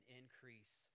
increase